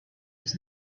was